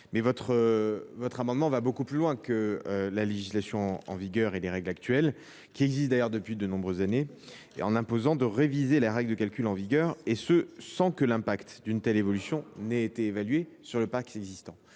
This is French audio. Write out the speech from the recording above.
Mais cette disposition va beaucoup plus loin que la législation en vigueur et que les règles actuelles, qui existent d’ailleurs depuis de nombreuses années, car elle impose de réviser les règles de calcul en vigueur, et cela sans que l’impact d’une telle évolution ait été évalué sur le parc existant.